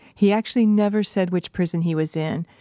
he actually never said which prison he was in,